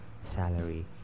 salary